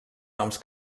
noms